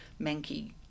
manky